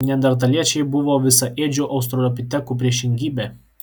neandertaliečiai buvo visaėdžių australopitekų priešingybė